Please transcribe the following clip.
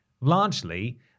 largely